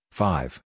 five